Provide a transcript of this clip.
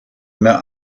mehr